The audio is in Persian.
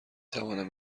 توانم